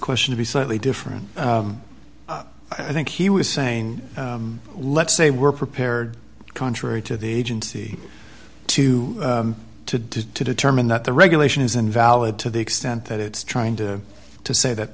question to be slightly different i think he was saying let's say we're prepared contrary to the agency to to determine that the regulation is invalid to the extent that it's trying to to say that